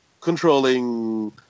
controlling